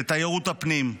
לתיירות הפנים,